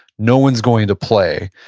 no one's going to play.